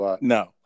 No